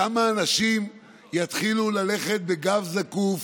כמה אנשים יתחילו ללכת בגב זקוף